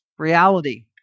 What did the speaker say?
reality